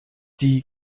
die